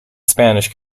spanish